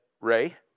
Ray